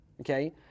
Okay